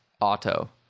auto